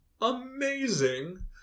amazing